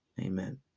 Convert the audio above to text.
Amen